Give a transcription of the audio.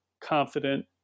confident